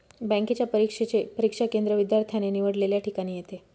बँकेच्या परीक्षेचे परीक्षा केंद्र विद्यार्थ्याने निवडलेल्या ठिकाणी येते